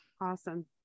Awesome